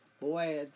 boy